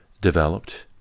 developed